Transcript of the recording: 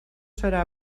serà